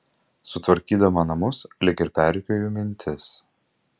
sutvarkydama namus lyg ir perrikiuoju mintis